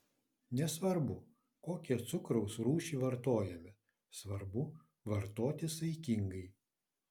nesvarbu kokią cukraus rūšį vartojame svarbu vartoti saikingai